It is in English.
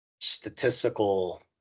statistical